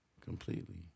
completely